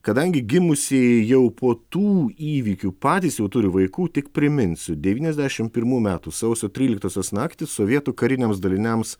kadangi gimusieji jau po tų įvykių patys jau turi vaikų tik priminsiu devyniasdešim pirmų metų sausio tryliktosios naktį sovietų kariniams daliniams